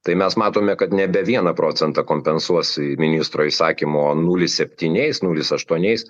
tai mes matome kad nebe vieną procentą kompensuos ministro įsakymo nulis septyniais nulis aštuoniais